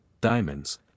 diamonds